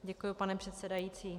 Děkuji, pane předsedající.